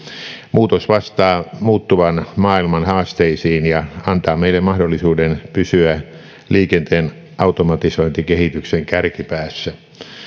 muutos vastaa muuttuvan maailman haasteisiin ja antaa meille mahdollisuuden pysyä liikenteen automatisointikehityksen kärkipäässä